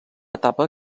etapa